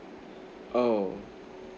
oh